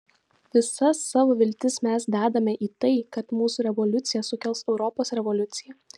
visas savo viltis mes dedame į tai kad mūsų revoliucija sukels europos revoliuciją